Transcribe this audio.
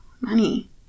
money